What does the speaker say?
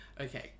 okay